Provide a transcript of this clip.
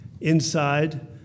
Inside